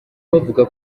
bavuga